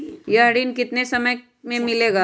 यह ऋण कितने समय मे मिलेगा?